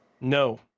No